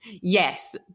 Yes